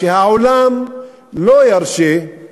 שהעולם לא ירשה את